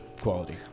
quality